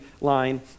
line